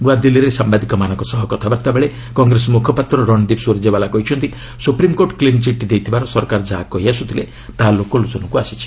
ନ୍ତଆଦିଲ୍ଲୀରେ ସାମ୍ଭାଦିକମାନଙ୍କ ସହ କଥାବାର୍ତ୍ତାବେଳେ କଂଗ୍ରେସ ମୁଖପାତ୍ର ରଣଦୀପ୍ ସୂରଜେଓ୍ୱାଲା କହିଛନ୍ତି ସୁପ୍ରିମ୍କୋର୍ଟ କ୍ଲିନ୍ ଚିଟ୍ ଦେଇଥିବାର ସରକାର ଯାହା କହିଆସୁଥିଲେ ତାହା ଲୋକଲୋଚନକୁ ଆସିଛି